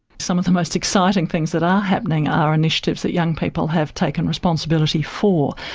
some of the most exciting things that are happening are initiatives that young people have taken responsibility for.